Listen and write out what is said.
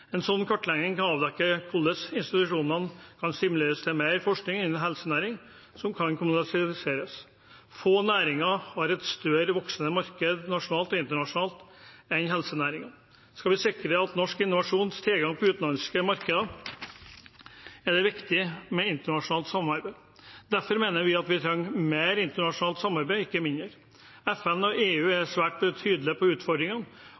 En slik kartlegging kan avdekke hvordan institusjonene kan stimuleres til mer forskning innen helsenæring som kan kommersialiseres. Få næringer har et større voksende marked nasjonalt og internasjonalt enn helsenæringen. Skal vi sikre norsk innovasjons tilgang på utenlandske markeder, er det viktig med internasjonalt samarbeid. Derfor mener vi at vi trenger mer internasjonalt samarbeid, ikke mindre. FN og EU er svært tydelige på utfordringene,